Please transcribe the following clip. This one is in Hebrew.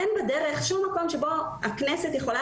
אין בדרך שום מקום שבו הכנסת יכולה